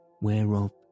whereof